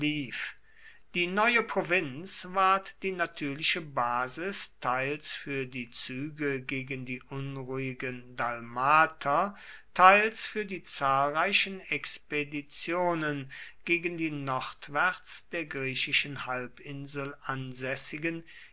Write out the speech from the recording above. die neue provinz ward die natürliche basis teils für die züge gegen die unruhigen dalmater teils für die zahlreichen expeditionen gegen die nordwärts der griechischen halbinsel ansässigen